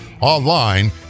online